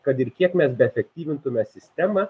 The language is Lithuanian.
kad ir kiek mes beaktyvintume sistemą